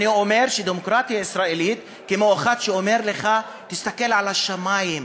אני אומר שהדמוקרטיה הישראלית זה כמו אחד שאומר לך: תסתכל על השמים,